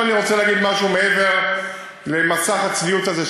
עכשיו אני רוצה להגיד משהו מעבר למסך הצביעות הזה,